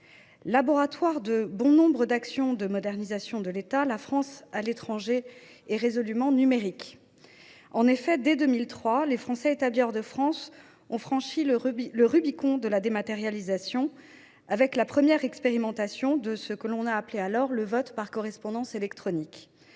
Laboratoire de bon nombre d’actions de modernisation de l’État, la France à l’étranger est résolument numérique. En effet, dès 2003, les Français établis hors de France ont franchi le Rubicon de la dématérialisation avec la première expérimentation de ce que l’on appelait alors le « vote par correspondance électronique